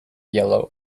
yellow